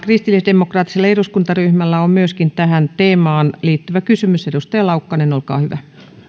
kristillisdemokraattisella eduskuntaryhmällä on tähän teemaan liittyvä kysymys edustaja laukkanen olkaa hyvä